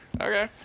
Okay